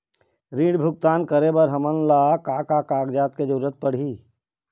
ऋण भुगतान करे बर हमन ला का का कागजात के जरूरत पड़ही?